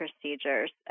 procedures